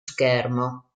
schermo